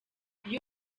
iyo